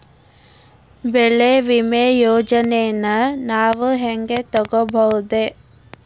ಬೆಳಿ ವಿಮೆ ಯೋಜನೆನ ನಾವ್ ಹೆಂಗ್ ತೊಗೊಬೋದ್?